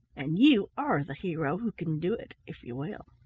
and you are the hero who can do it if you will.